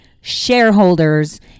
shareholders